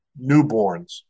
newborns